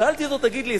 שאלתי אותו: תגיד לי,